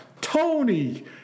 Tony